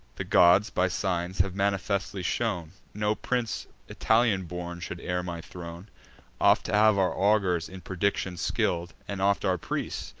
the gods, by signs, have manifestly shown, no prince italian born should heir my throne oft have our augurs, in prediction skill'd, and oft our priests,